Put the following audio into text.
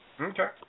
Okay